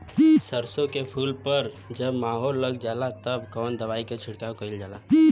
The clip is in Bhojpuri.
सरसो के फूल पर जब माहो लग जाला तब कवन दवाई छिड़कल जाला?